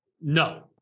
no